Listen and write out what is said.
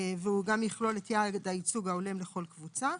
ויכלול את יעד הייצוג ההולם בכל קבוצה.